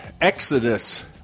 Exodus